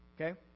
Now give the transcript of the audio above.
Okay